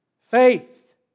faith